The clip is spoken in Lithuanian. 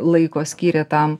laiko skyrė tam